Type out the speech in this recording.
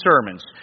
sermons